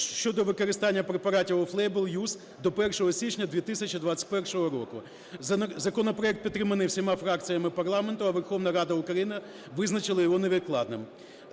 щодо використання препаратів off-label use до 1 січня 2021 року. Законопроект підтриманий всіма фракціями парламенту, а Верховна Рада України визначила його невідкладним.